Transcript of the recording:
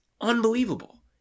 unbelievable